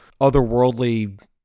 otherworldly